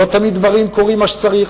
לא תמיד דברים קורים כמו שצריך,